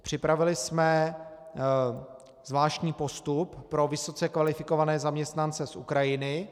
Připravili jsme zvláštní postup pro vysoce kvalifikované zaměstnance z Ukrajiny.